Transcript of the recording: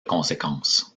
conséquences